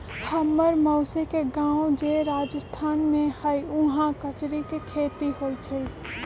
हम्मर मउसी के गाव जे राजस्थान में हई उहाँ कचरी के खेती होई छई